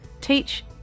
Teach